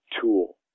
tool